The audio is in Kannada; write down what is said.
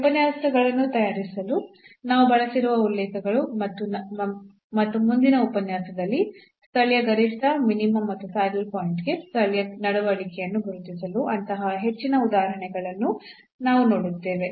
ಈ ಉಪನ್ಯಾಸಗಳನ್ನು ತಯಾರಿಸಲು ನಾವು ಬಳಸಿರುವ ಉಲ್ಲೇಖಗಳು ಇವು ಮತ್ತು ಮುಂದಿನ ಉಪನ್ಯಾಸದಲ್ಲಿ ಸ್ಥಳೀಯ ಗರಿಷ್ಠ ಮಿನಿಮಾ ಮತ್ತು ಸ್ಯಾಡಲ್ ಪಾಯಿಂಟ್ಗೆ ಸ್ಥಳೀಯ ನಡವಳಿಕೆಯನ್ನು ಗುರುತಿಸಲು ಅಂತಹ ಹೆಚ್ಚಿನ ಉದಾಹರಣೆಗಳನ್ನು ನಾವು ನೋಡುತ್ತೇವೆ